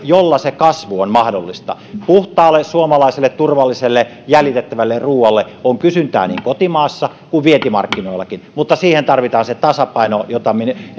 jolla kasvu on mahdollista puhtaalle suomalaiselle turvalliselle jäljitettävälle ruualle on kysyntää niin kotimaassa kuin vientimarkkinoillakin mutta siihen tarvitaan se tasapaino jota